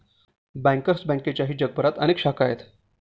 bankers बँकेच्याही जगभरात अनेक शाखा आहेत